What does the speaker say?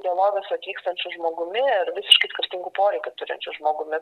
dialogas su atvykstančiu žmogumi ir visiškai skirtingų poreikių turinčiu žmogumi